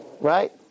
Right